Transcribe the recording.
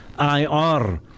IR